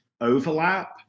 overlap